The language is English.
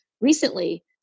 recently